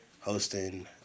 hosting